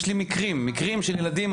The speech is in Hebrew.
יש לי מקרים של ילדים.